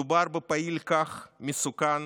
מדובר בפעיל כך מסוכן